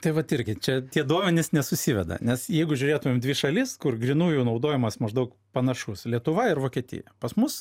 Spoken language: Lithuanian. tai vat irgi čia tie duomenys nesusiveda nes jeigu žiūrėtumėm dvi šalis kur grynųjų naudojimas maždaug panašus lietuva ir vokietija pas mus